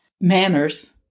manners